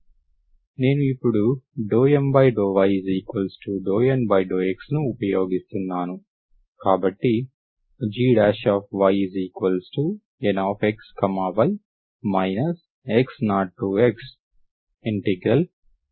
నేను ఇప్పుడు ∂M∂y∂N∂x ను ఉపయోగిస్తున్నాను కాబట్టి gyNxy x0x∂Nty∂x dt అవుతుంది